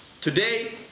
today